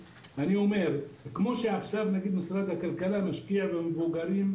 עכשיו משרד הכלכלה משקיע במבוגרים,